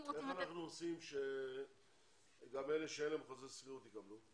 איך אנחנו עושים שגם אלה שאין להם חוזה שכירות יקבלו?